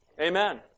Amen